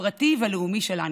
הפרטי והלאומי שלנו.